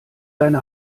deine